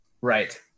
Right